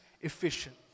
efficient